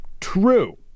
true